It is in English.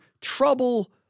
trouble